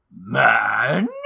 man